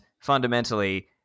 fundamentally